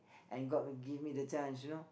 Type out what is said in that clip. and god give me the chance you know